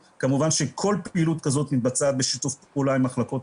שכמובן זה נרשם במרשם נפרד ולא במרשם הפלילי הרגיל.